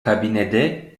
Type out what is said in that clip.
kabinede